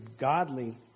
godly